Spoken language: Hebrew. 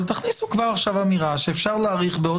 אבל תכניסו כבר עכשיו אמירה שאפשר להאריך בעוד